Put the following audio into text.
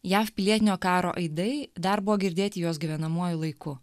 jav pilietinio karo aidai dar buvo girdėti jos gyvenamuoju laiku